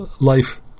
life